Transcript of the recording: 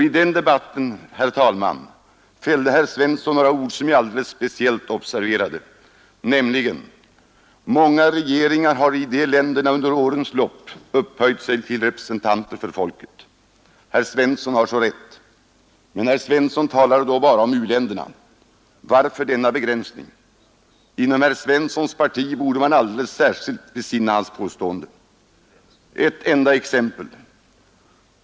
I den debatten, herr talman, fällde herr Svensson några ord som jag alldeles speciellt observerat, nämligen: ”Många regimer i de länderna har under tidernas lopp upphöjt sig till representanter för folket.” Herr Svensson har så rätt! Men herr Svensson talade då bara om u-länderna. Varför denna begränsning? Inom herr Svenssons parti borde man alldeles särskilt besinna hans påstående. Ett enda exempel.